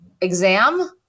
exam